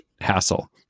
hassle